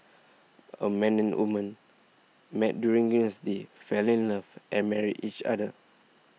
a man and woman met during university fell in love and married each other